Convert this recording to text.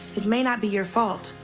it may not be your fault.